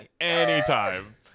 Anytime